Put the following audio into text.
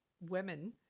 women